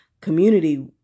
community